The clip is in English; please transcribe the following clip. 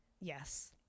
yes